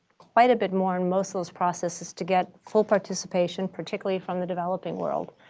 quite a bit more in most of those processes to get full participation particularly from the developing world.